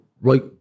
right